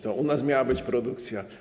To u nas miała być produkcja.